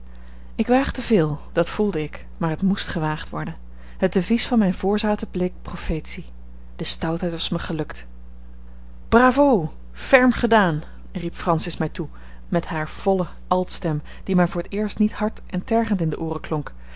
ik waagde veel dat voelde ik maar het moest gewaagd worden het devies van mijne voorzaten bleek profetie de stoutheid was mij gelukt bravo ferm gedaan riep francis mij toe met hare volle altstem die mij voor t eerst niet hard en tergend in de ooren klonk